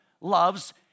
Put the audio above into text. loves